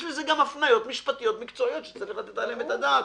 יש לזה גם הפניות משפטיות מקצועיות שצריך לתת עליהן את הדעת,